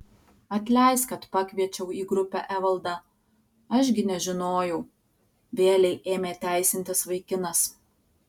atleisk kad pakviečiau į grupę evaldą aš gi nežinojau vėlei ėmė teisintis vaikinas